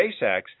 SpaceX